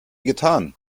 getan